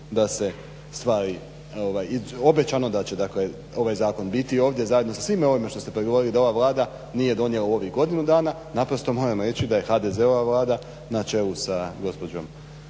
da se stvari, obećano da će ovaj zakon biti ovdje zajedno sa svime ovime što ste prigovorili da ova Vlada nije donijela u ovih godinu dana. Naprosto moram reći da je HDZ-ova Vlada na čelu sa gospođom